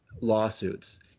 lawsuits